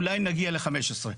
אולי נגיע ל-15,